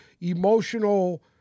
emotional